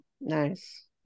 Nice